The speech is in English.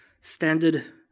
Standard